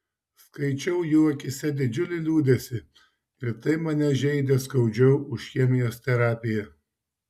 skaičiau jų akyse didžiulį liūdesį ir tai mane žeidė skaudžiau už chemijos terapiją